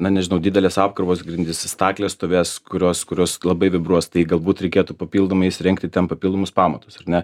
na nežinau didelės apkrovos grindyse staklės stovės kurios kurios labai vibruos tai galbūt reikėtų papildomai įsirengti ten papildomus pamatus ar ne